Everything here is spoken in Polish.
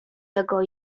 tego